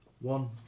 One